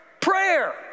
prayer